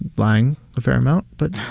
lying a fair amount. but,